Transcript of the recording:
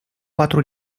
patru